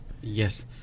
Yes